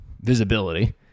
visibility